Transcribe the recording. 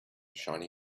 shiny